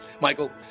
Michael